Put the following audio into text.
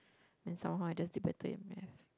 then somehow I just did better in Math